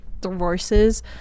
divorces